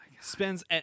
spends